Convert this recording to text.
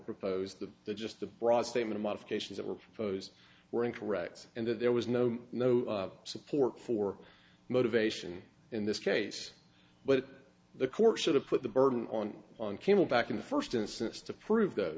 proposed to the just the broad statement modifications that were posed were incorrect and that there was no no support for motivation in this case but the course should have put the burden on on camelback in the first instance to prove that